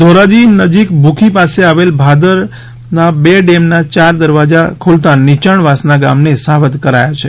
ધોરાજી નજીક ભૂખી પાસે આવેલા ભાદર બે ડેમના ચાર દરવાજા ખોલતા નીચાણવાસના ગામડાને સાવધ કરાયા છે